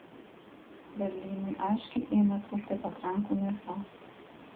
berlynui aiškiai ėmė trūkti patrankų mėsos